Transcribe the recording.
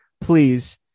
please